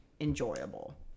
enjoyable